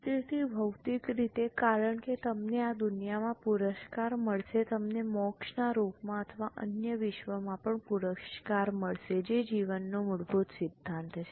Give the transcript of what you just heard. તેથી ભૌતિક રીતે કારણ કે તમને આ દુનિયામાં પુરસ્કાર મળશે તમને મોક્ષના રૂપમાં અથવા અન્ય વિશ્વમાં પણ પુરસ્કાર મળશે જે જીવનનો મૂળભૂત સિદ્ધાંત છે